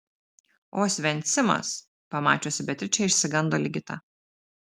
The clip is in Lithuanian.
osvencimas pamačiusi beatričę išsigando ligita